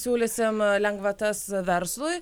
siūlysim lengvatas verslui